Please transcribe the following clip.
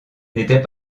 n’était